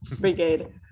Brigade